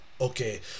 Okay